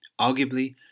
Arguably